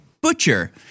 butcher